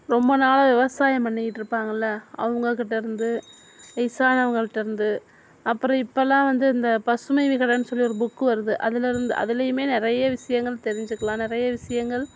ரொம்ப நாளாக விவசாயம் பண்ணிகிட்ருப்பாங்கள்ல அவங்க கிட்டேயிருந்து வயதானவங்கள்ட்டேருந்து அப்புறம் இப்பெல்லாம் வந்து இந்த பசுமை விகடன் சொல்லி ஒரு புக்கு வருது அதிலேருந்து அதிலையுமே நிறைய விஷயங்கள் தெரிஞ்சுக்கலாம் நிறைய விஷயங்கள்